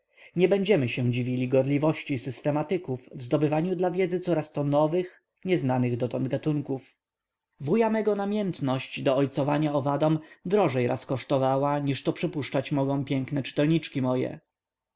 nie będziemy się dziwili gorliwości systematyków w zdobywaniu dla wiedzy coraz to nowych nieznanych dotąd gatunków wuja mego namiętność do ojcowania owadom drożej raz kosztowała niż to przypuszczać mogą piękne czytelniczki moje